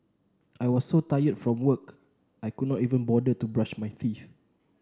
I was so tired from work I could not even bother to brush my teeth